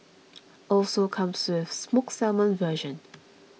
also comes with smoked salmon version